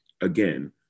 again